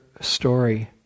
story